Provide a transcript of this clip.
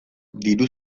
diru